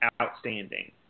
outstanding